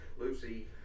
Lucy